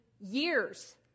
years